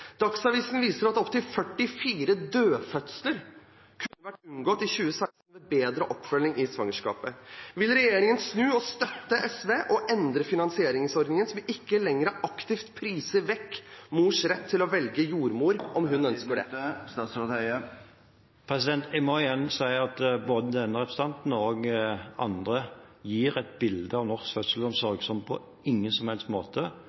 Dagsavisen viser at opp til 44 dødfødsler kunne vært unngått i 2016 ved bedre oppfølging i svangerskapet. Vil regjeringen snu, støtte SV og endre finansieringsordningen, slik at vi ikke lenger aktivt priser vekk mors rett til å velge jordmor, om hun ønsker det? Jeg må igjen si at både representanten og andre gir et bilde av norsk fødselsomsorg som på ingen som helst måte